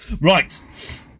Right